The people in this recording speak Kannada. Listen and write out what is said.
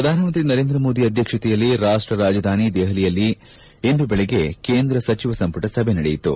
ಪ್ರಧಾನಮಂತ್ರಿ ನರೇಂದ್ರ ಮೋದಿ ಅಧ್ಯಕ್ಷತೆಯಲ್ಲಿ ರಾಷ್ಲರಾಜಧಾನಿ ದೆಹಲಿಯಲ್ಲಿಂದು ಬೆಳಗ್ಗೆ ಕೇಂದ್ರ ಸಚಿವ ಸಂಪುಟ ಸಭೆ ನಡೆಯಿತು